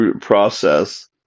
process